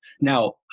Now